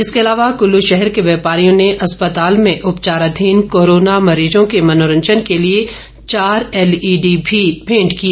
इसके अलावा कल्लू शहर के व्यापारियों ने अस्पताल में उपचाराधीन कोरोना मरीजों के मनोरंजन के लिए चार एलईडी भी मेंट किए